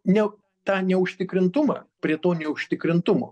ne tą neužtikrintumą prie to neužtikrintumo